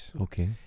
Okay